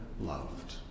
loved